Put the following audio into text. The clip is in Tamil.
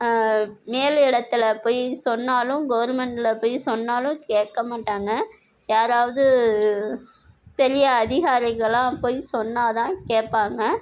மேல் இடத்துல போய் சொன்னாலும் கவர்மெண்ட்டில் போய் சொன்னாலும் கேட்க மாட்டாங்க யாராவது பெரிய அதிகாரிகளாக போய் சொன்னால்தான் கேட்பாங்க